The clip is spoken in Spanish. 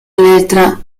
letra